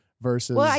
versus